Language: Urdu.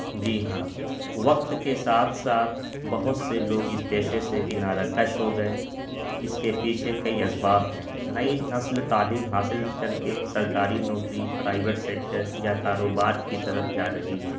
جی ہاں وقت کے ساتھ ساتھ بہت سے لوگ اس پیشے سے کنارہ کش ہو گئے اس کے پیچھے کئی اسباب ہیں نئی نسل تعلیم حاصل کر کے سرکاری نوکری پرائیویٹ سیکٹر یا کاروبار کی طرف جا رہی ہے